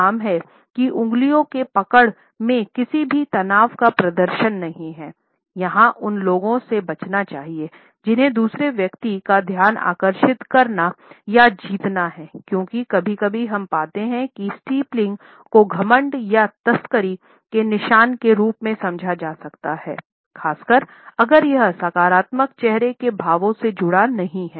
हम कुछ भिन्नताओं को देख सकते हैं स्टीपल को घमंड या तस्करी के निशान के रूप में समझा जा सकता है खासकर अगर यह सकारात्मक चेहरे के भावों से जुड़ा नहीं है